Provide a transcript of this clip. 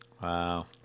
Wow